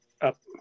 up